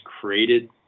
created